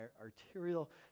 arterial